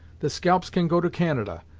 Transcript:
the scalps can go to canada,